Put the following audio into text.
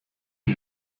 kwi